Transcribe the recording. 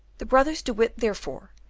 the brothers de witt, therefore,